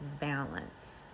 balance